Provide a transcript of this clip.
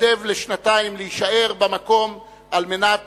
התנדב להישאר שנתיים במקום על מנת